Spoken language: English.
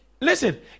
listen